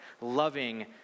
loving